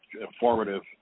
informative